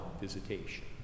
visitation